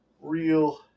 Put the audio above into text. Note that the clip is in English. real